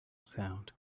sound